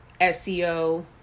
SEO